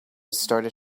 started